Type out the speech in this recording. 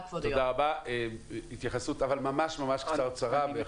התייחסות ממש ממש קצרצרה.